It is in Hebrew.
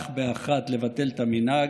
כך באחת לבטל את המנהג,